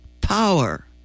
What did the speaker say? power